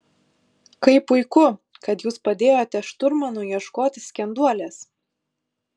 kaip puiku kad jūs padėjote šturmanui ieškoti skenduolės